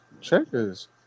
Checkers